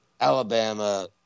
Alabama